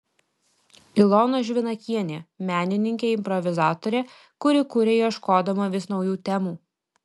ilona žvinakienė menininkė improvizatorė kuri kuria ieškodama vis naujų temų